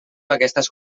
aquestes